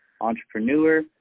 entrepreneur